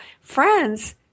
friends